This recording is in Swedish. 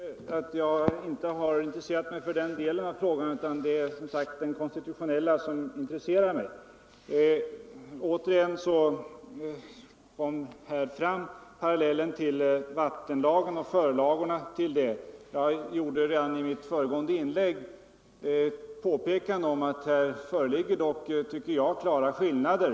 för uttagande av Herr talman! Det är helt riktigt att jag inte har intresserat mig för = avgifter vid den delen av frågan. Det är som sagt den konstitutionella aspekten som produktion av intresserar mig. oljeplattformar Återigen anförde bostadsministern parallellen med vattenlagen och förarbetena till denna. Jag påpekade redan i mitt föregående inlägg att det enligt min mening dock föreligger klara skillnader.